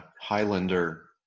Highlander